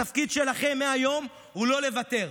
התפקיד שלכם מהיום הוא לא לוותר,